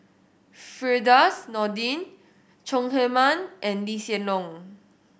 Firdaus Nordin Chong Heman and Lee Hsien Loong